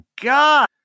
God